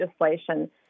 legislation